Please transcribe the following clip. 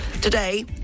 today